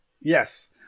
Yes